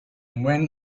when